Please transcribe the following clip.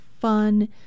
fun